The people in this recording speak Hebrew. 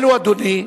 אלו, אדוני,